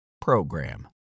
program